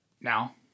Now